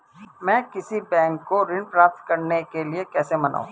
मैं किसी बैंक को ऋण प्राप्त करने के लिए कैसे मनाऊं?